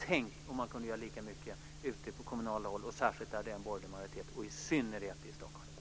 Tänk om man kunde göra lika mycket kommunalt, och särskilt i kommuner med borgerlig majoritet. Det gäller i synnerhet Stockholm.